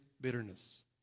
bitterness